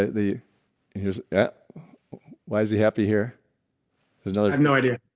the the here's yeah why is he happy here? there's another no idea